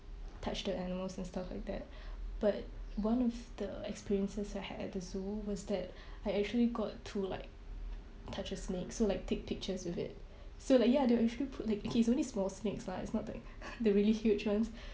touch the animals and stuff like that but one of the experiences I had at the zoo was that I actually got to like touch a snake so like take pictures with it so like ya they will actually put like okay it's only small snakes lah it's not like the really huge ones